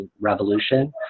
Revolution